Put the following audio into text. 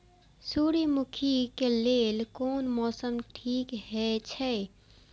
सूर्यमुखी के लेल कोन मौसम ठीक हे छे?